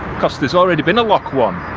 because there's already been a lock one,